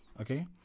okay